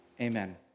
Amen